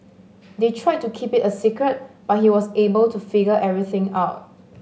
they tried to keep it a secret but he was able to figure everything out